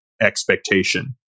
expectation